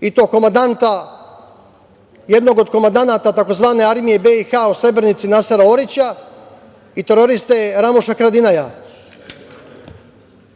i to jednog od komandanta tzv. armije BiH u Srebrenici Nasera Orića i teroriste Ramuša Haradinaja.